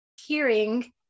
hearing